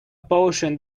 potion